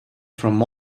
from